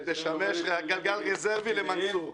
שתשמש גלגל רזרבי למנסור.